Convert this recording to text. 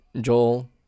Joel